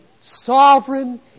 sovereign